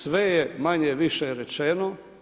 Sve je manje-više rečeno.